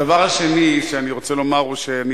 הדבר השני שאני רוצה לומר הוא שאני